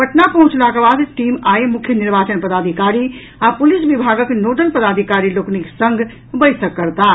पटना पहुंचलाक बाद टीम आई मुख्य निर्वाचन पदाधिकारी आ पुलिस विभागक नोडल पदाधिकारी लोकनिक संग बैसक करताह